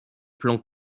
plan